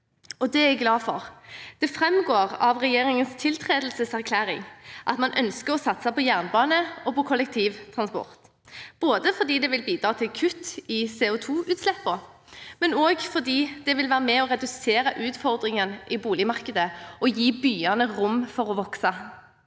det er jeg glad for. Det framgår av regjeringens tiltredelseserklæring at man ønsker å satse på jernbane og kollektivtransport, både fordi det vil bidra til kutt i CO2-utslippene, og fordi det ville være med å redusere utfordringene i boligmarkedet og gi byene rom til å vokse.